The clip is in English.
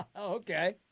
Okay